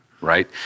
right